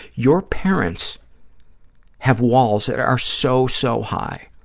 your parents have walls that are so, so high.